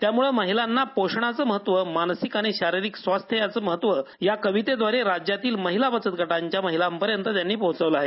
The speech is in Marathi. त्यामुळे महिलांना पोषणाचे महत्त्व मानसिक आणि शारीरिक स्वास्थ याचे महत्त्व या कवितेद्वारे आणि राज्यातील महिला बचत गटांच्या महिलांपर्यंत पोहचवल आहे